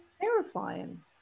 terrifying